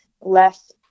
less